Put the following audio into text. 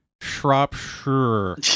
Shropshire